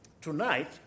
tonight